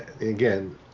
again